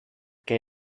què